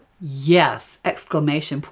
Yes